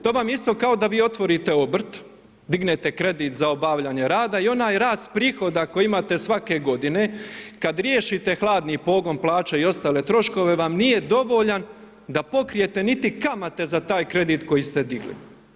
To vam je isto, kao da vi otvorite obrt, dignete kredit za obavljanje rada i onaj rast prihoda, koji imate svake g. kada riješite hladni pogon, plaća i ostale troškove, vam nije dovoljan, da pokrijete niti kamate za taj kredit koji ste digli.